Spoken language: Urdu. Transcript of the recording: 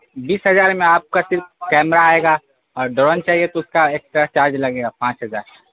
بیس ہزار میں آپ کا صرف کیمرہ آئے گا اور ڈرون چاہیے تو اس کا ایکسٹرا چارج لگے گا پانچ ہزار